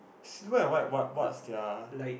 silver white what what what's they're